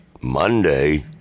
monday